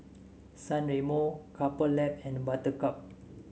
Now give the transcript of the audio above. San Remo Couple Lab and Buttercup